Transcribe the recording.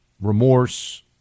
remorse